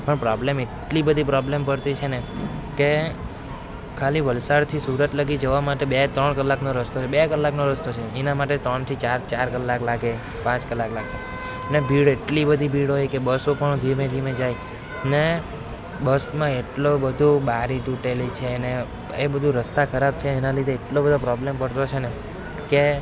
પણ પ્રોબ્લેમ એટલી બધી પ્રોબ્લેમ પડતી છે ને કે ખાલી વલસાડથી સુરત લગી જવા માટે બે ત્રણ કલાકનો રસ્તો છે બે કલાકનો રસ્તો છે એના માટે ત્રણથી ચાર ચાર કલાક લાગે પાંચ કલાક લાગે ને ભીડ એટલી બધી ભીડ હોય કે બસો પણ ધીમે ધીમે જાય ને બસમાં એટલી બધી બારી તૂટેલી છે ને એ બધું રસ્તા ખરાબ છે એના લીધે એટલો બધો પ્રોબ્લેમ પડતો છે ને કે